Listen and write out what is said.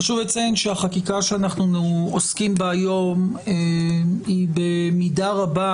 חשוב לציין שהחקיקה שאנחנו עוסקים בה היום היא במידה רבה